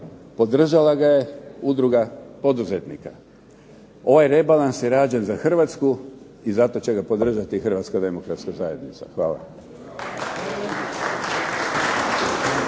podržala ga je udruga poduzetnika, ovaj rebalans je rađen za Hrvatsku i zato će ga podržati Hrvatska demokratska zajednica. Hvala.